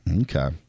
Okay